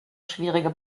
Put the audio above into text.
schwierige